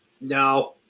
No